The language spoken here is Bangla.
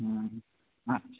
হুম আচ্ছা